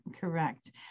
correct